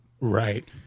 Right